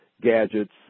gadgets